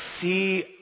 see